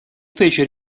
fece